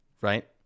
right